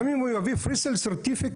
גם אם הוא יביא Presale certificate,